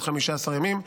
עד 15 ימים,